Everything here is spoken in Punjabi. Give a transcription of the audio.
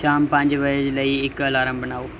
ਸ਼ਾਮ ਪੰਜ ਵਜੇ ਲਈ ਇੱਕ ਅਲਾਰਮ ਬਣਾਓ